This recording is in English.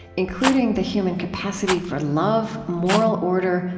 including the human capacity for love, moral order,